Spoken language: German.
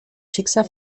schicksal